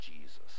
Jesus